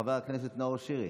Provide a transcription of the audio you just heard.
חברת הכנסת נאור שירי.